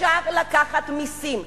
אפשר לקחת מסים,